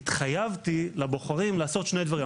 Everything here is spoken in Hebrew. והתחייבתי לבוחרים לעשות שני דברים.